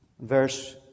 verse